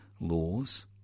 laws